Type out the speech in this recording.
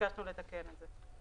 ביקשנו לתקן את זה.